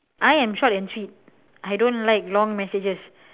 I am short and sweet I don't like long messages